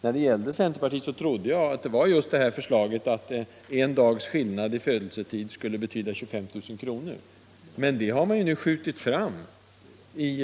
När det gällde centerpartiet trodde jag att det var just förslaget att en dags skillnad i födelsetid skulle betyda 25 000 kr. som man ville dölja, men det har man ju skjutit fram i